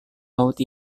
laut